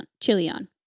Chilion